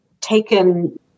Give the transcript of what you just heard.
taken